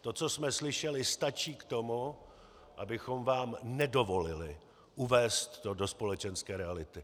To, co jsme slyšeli, stačí k tomu, abychom vám nedovolili uvést to do společenské reality.